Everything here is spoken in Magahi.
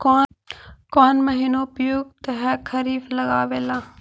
कौन महीना उपयुकत है खरिफ लगावे ला?